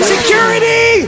Security